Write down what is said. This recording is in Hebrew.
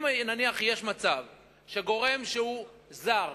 אם נניח יש מצב שגורם שהוא זר,